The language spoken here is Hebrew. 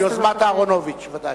זו כבר יוזמת אהרונוביץ, ודאי.